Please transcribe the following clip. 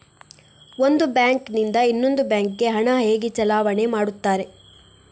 ಒಂದು ಬ್ಯಾಂಕ್ ನಿಂದ ಇನ್ನೊಂದು ಬ್ಯಾಂಕ್ ಗೆ ಹಣ ಹೇಗೆ ಚಲಾವಣೆ ಮಾಡುತ್ತಾರೆ?